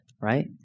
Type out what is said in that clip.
right